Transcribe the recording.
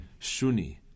Shuni